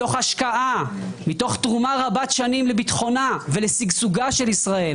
מתוך השקעה ותרומה רבת שנים לביטחונה ושגשוגה של ישראל,